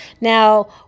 now